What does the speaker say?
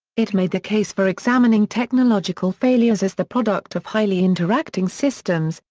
it made the case for examining technological failures as the product of highly interacting systems,